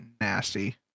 nasty